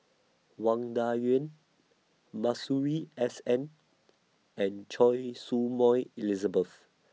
Wang Dayuan Masuri S N and Choy Su Moi Elizabeth